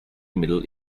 middle